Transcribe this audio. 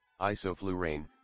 isoflurane